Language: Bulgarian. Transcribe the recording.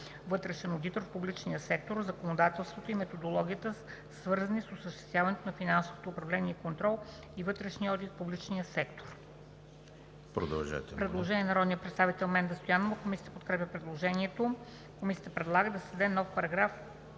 „вътрешен одитор в публичния сектор“, законодателството и методологията, свързани с осъществяването на финансовото управление и контрол и вътрешния одит в публичния сектор.“ Предложение на народния представител Менда Стоянова. Комисията подкрепя предложението. Комисията предлага да се създаде нов §